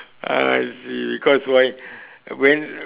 I see cause why when